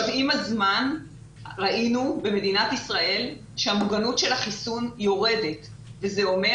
עם הזמן ראינו במדינת ישראל שהמוגנות של החיסון יורדת וזה אומר